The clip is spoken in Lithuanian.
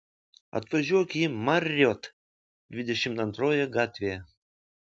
atvažiuok į marriott dvidešimt antrojoje gatvėje